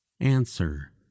answer